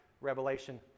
revelation